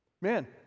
man